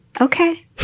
okay